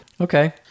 Okay